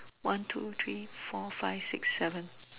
one two three four five six seven